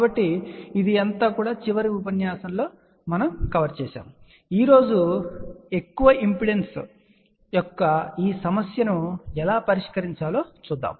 కాబట్టి ఇది చివరి ఉపన్యాసంలో కవర్ చేయబడినది ఈ రోజు చాలా ఎక్కువ ఇంపిడెన్స్ యొక్క ఈ సమస్య ఎలా పరిష్కరించబడుతుందో చూద్దాం